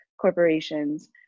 corporations